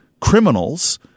criminals